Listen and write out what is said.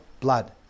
blood